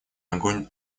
огонь